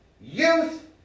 youth